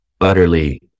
utterly